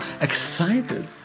excited